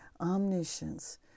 omniscience